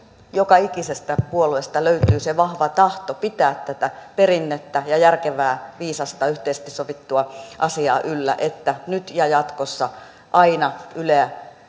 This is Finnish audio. joka ikisestä puolueesta löytyy se se vahva tahto pitää tätä perinnettä ja järkevää viisasta yhteisesti sovittua asiaa yllä että nyt ja jatkossa aina yleä